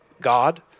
God